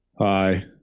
Hi